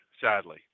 sadly